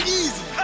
easy